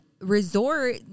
resort